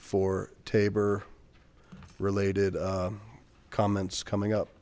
for taber related comments coming up